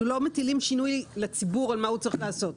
אנחנו לא מטילים שינוי לציבור על מה הוא צריך לעשות.